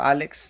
Alex